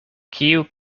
kiu